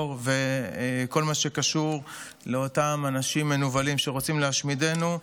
וכל מה שקשור לאותם אנשים מנוולים שרוצים להשמידנו.